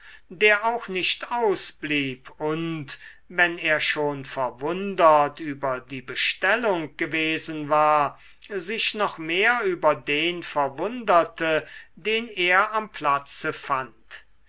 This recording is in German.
der auch nicht ausblieb und wenn er schon verwundert über die bestellung gewesen war sich noch mehr über den verwunderte den er am platze fand